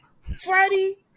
Freddie